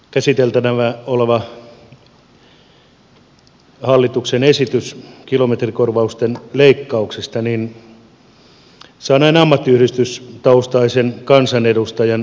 käsiteltävänä oleva hallituksen esitys kilometrikorvausten leikkauksesta saa näin ammattiyhdistystaustaisen kansanedustajan karvat pystyyn